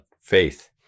faith